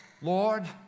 Lord